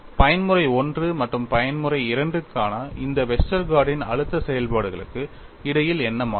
பயன்முறை I மற்றும் பயன்முறை II க்கான இந்த வெஸ்டர்கார்டின் Westergaard's அழுத்த செயல்பாடுகளுக்கு இடையில் என்ன மாற்றம்